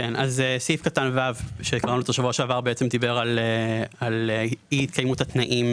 סעיף קטן (ו) שקראנו בשבוע שעבר דיבר על אי התקיימות התנאים